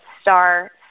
star